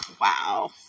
wow